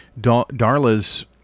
darla's